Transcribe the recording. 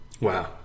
Wow